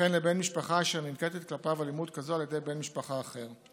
וכן לבן משפחה אשר ננקטת כלפיו אלימות כזו על ידי בן משפחה אחר.